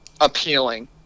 appealing